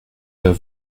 pas